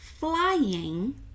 flying